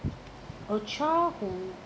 a child who